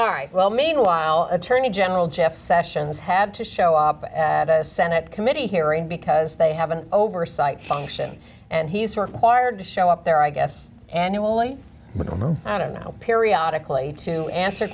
all right well meanwhile attorney general jeff sessions had to show up and a senate committee hearing because they have an oversight function and he's sort of hard to show up there i guess annually but i don't know periodic way to answer